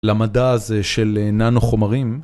למדע הזה של נאנו חומרים